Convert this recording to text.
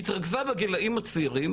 היא התרכזה בגילאים הצעירים,